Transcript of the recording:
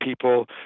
people